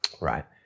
Right